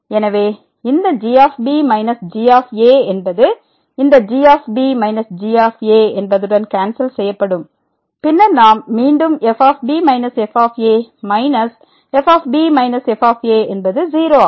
எனவே இந்த g b g என்பது இந்த g b g என்பதுடன் கேன்சல் செய்யப்படும் பின்னர் நாம் மீண்டும் f b f minus f b f என்பது 0 ஆகும்